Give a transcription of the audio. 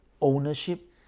ownership